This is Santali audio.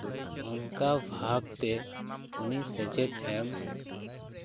ᱚᱱᱠᱟ ᱵᱷᱟᱵᱽᱛᱮ ᱩᱱᱤ ᱥᱮᱪᱮᱫ ᱮᱢ